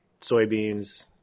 soybeans